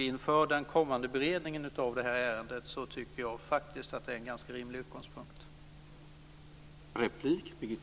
Inför den kommande beredningen av ärendet tycker jag att detta är en ganska rimlig utgångspunkt.